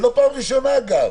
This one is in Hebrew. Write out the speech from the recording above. וזו לא הפעם הראשונה אגב.